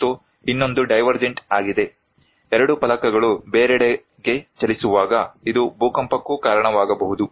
ಮತ್ತು ಇನ್ನೊಂದು ಡೈವರ್ಜೆಂಟ್ ಆಗಿದೆ ಎರಡು ಫಲಕಗಳು ಬೇರೆಡೆಗೆ ಚಲಿಸುವಾಗ ಇದು ಭೂಕಂಪಕ್ಕೂ ಕಾರಣವಾಗಬಹುದು